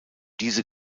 diese